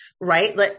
Right